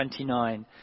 29